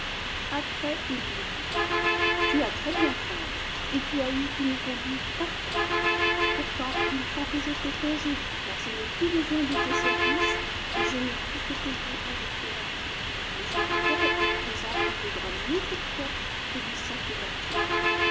après il lui dit tu as très-bien travaillé et tu as eu une conduite parfaite pourtant il faut que je te congédie car je n'ai plus besoin de tes services et je ne puis te payer avec de l'argent mais je te ferai un présent qui vaudra mieux pour toi que des sacs d'argent